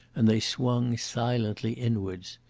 and they swung silently inwards.